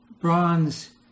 bronze